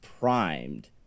primed